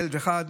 ילד אחד,